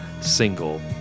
single